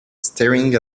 staring